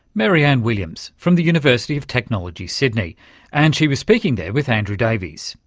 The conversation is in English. mary-anne williams from the university of technology sydney and she was speaking there with andrew davies